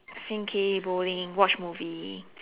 sing K bowling watch movie